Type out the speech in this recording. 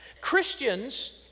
Christians